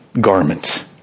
garment